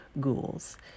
ghouls